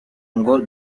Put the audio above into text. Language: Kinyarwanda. ngo